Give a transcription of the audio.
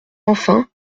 enfin